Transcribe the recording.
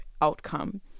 outcome